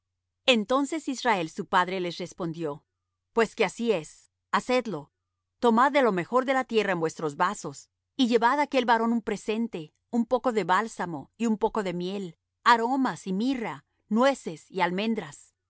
entonces israel su padre les respondió pues que así es hacedlo tomad de lo mejor de la tierra en vuestros vasos y llevad á aquel varón un presente un poco de bálsamo y un poco de miel aromas y mirra nueces y almendras